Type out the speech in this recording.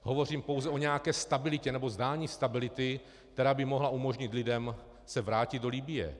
Hovořím pouze o nějaké stabilitě, nebo zdání stability, která by mohla umožnit lidem se vrátit do Libye.